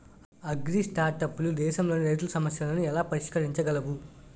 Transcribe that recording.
అగ్రిస్టార్టప్లు దేశంలోని రైతుల సమస్యలను ఎలా పరిష్కరించగలవు?